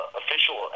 official